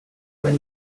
when